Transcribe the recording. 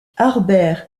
harbert